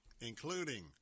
including